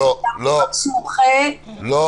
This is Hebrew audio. אולמות סמוכי --- לא.